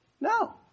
no